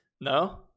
No